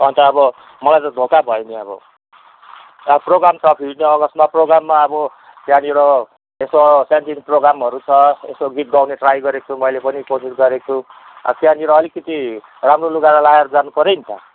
अन्त अब मलाई त धोका भयो नि अब अब प्रोग्राम छ फिफ्टिन अगस्तमा प्रोग्राममा अब त्यहाँनिर यसो सानोतिनो प्रोग्रामहरू छ यसो गीत गाउने ट्राई गरेको छु मैले पनि कोसिस गरेको छु अब त्यहाँनिर अलिकति राम्रो लुगा त लाएर जानु पर्यो नि त